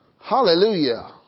Hallelujah